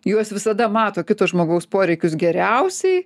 juos visada mato kito žmogaus poreikius geriausiai